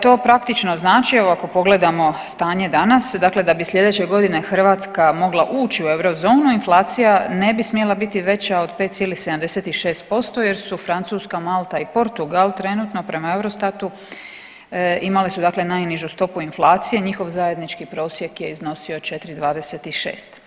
To praktično znači evo ako pogledamo stanje danas, dakle da bi slijedeće godine Hrvatska moći ući u eurozonu inflacija ne bi smjela biti veća od 5,76% jer su Francuska, Malta i Portugal trenutno prema Eurostatu imale su dakle najnižu stopu inflacije, njihov zajednički prosjek je iznosio 4,26.